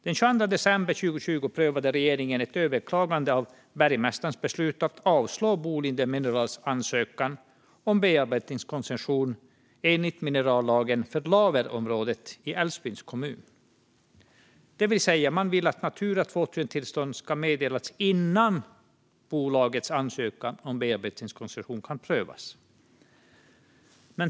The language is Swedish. Den 22 december 2020 prövade regeringen ett överklagande av bergmästarens beslut att avslå Boliden Minerals ansökan om bearbetningskoncession enligt minerallagen för Laverområdet i Älvsbyns kommun. Det vill säga, man vill att Natura 2000-tillstånd ska ha meddelats innan bolagets ansökan om bearbetningskoncession kan prövas.